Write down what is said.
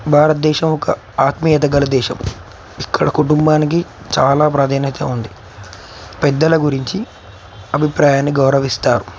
భారతదేశం ఒక ఆత్మీయత గల దేశం ఇక్కడ కుటుంబానికి చాలా ప్రాధాన్యత ఉంది పెద్దల గురించి అభిప్రాయాన్ని గౌరవిస్తారు